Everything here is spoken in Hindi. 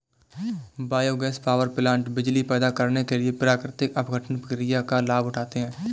बायोगैस पावरप्लांट बिजली पैदा करने के लिए प्राकृतिक अपघटन प्रक्रिया का लाभ उठाते हैं